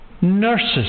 nurses